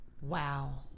Wow